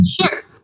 Sure